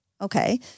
Okay